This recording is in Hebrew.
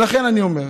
ולכן אני אומר: